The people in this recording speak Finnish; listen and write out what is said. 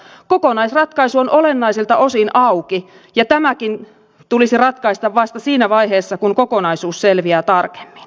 kokonaisratkaisu on olennaisilta osin auki ja tämäkin tulisi ratkaista vasta siinä vaiheessa kun kokonaisuus selviää tarkemmin